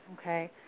okay